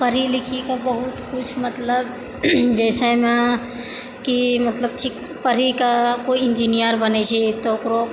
पढ़ी लिखीकऽ बहुत कुछ मतलब जैसेमे की मतलब पढ़ी कऽ कोइ इंजीनियर बनै छै तऽ ओकरो